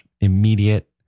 immediate